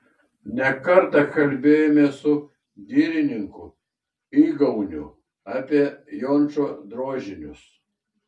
ne kartą kalbėjomės su girininku igauniu apie jončo drožinius